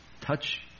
Touch